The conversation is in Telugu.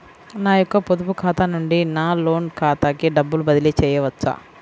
నా యొక్క పొదుపు ఖాతా నుండి నా లోన్ ఖాతాకి డబ్బులు బదిలీ చేయవచ్చా?